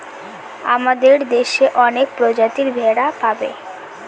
আমাদের দেশে অনেক প্রজাতির ভেড়া পাবে